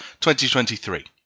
2023